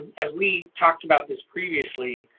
as we talked about this previously,